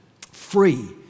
Free